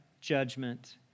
Judgment